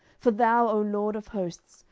for thou, o lord of hosts,